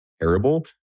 terrible